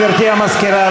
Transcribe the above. גברתי המזכירה.